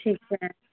ਠੀਕ ਹੈ